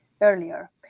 earlier